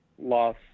Loss